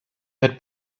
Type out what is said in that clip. had